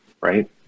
right